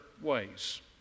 ways